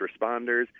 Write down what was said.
responders